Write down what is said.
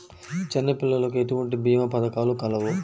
చిన్నపిల్లలకు ఎటువంటి భీమా పథకాలు కలవు?